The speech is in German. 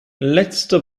letzte